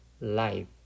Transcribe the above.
life